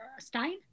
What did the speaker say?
Stein